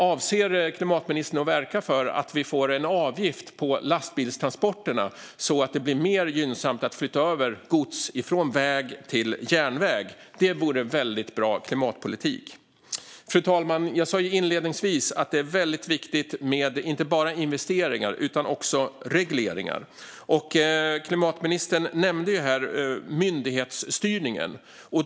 Avser klimatministern att verka för att vi ska få en avgift på lastbilstransporterna, så att det blir mer gynnsamt att flytta över gods från väg till järnväg? Det vore väldigt bra klimatpolitik. Fru talman! Jag sa inledningsvis att det är väldigt viktigt med inte bara investeringar utan också regleringar. Klimatministern nämnde här myndighetsstyrningen.